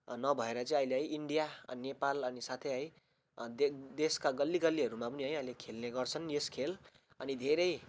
नभएर चाहिँ अहिले है इन्डिया अनि नेपाल अनि साथै है अनि दे देशका गल्ली गल्लीहरूमा पनि है अहिले खेल्ने गर्छन् यस खेल अनि धेरै